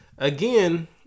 Again